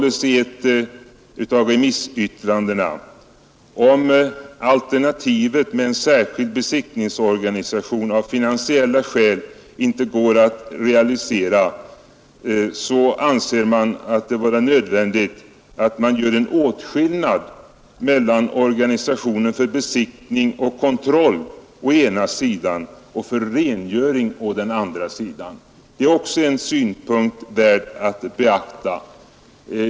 I ett av remissyttrandena framhålls det att om alternativet med en särskild besiktningsorganisation av finansiella skäl inte går att realisera kan det vara nödvändigt att man gör en åtskillnad mellan organisationen för besiktning och kontroll å ena sidan och för rengöring å andra sidan. Det är också en synpunkt som är värd att beakta.